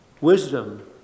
Wisdom